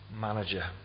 manager